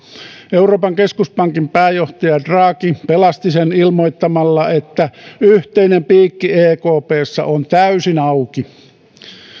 euroopan keskuspankin pääjohtaja draghi pelasti sen ilmoittamalla että yhteinen piikki ekpssä on täysin auki